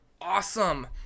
awesome